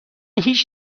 هیچ